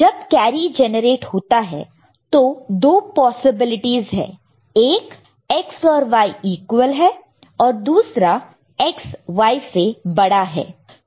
जब carry generate होता है तो दो पॉसिबिलिटीज है एक X और Y ईक्वल है और दूसरा X Y से बड़ा है